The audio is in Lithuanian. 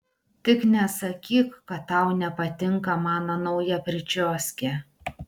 tik nesakyk kad tau nepatinka mano nauja pričioskė